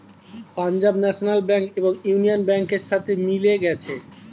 Punjab national bank এখন union ব্যাংকের সাথে মিলে গেছে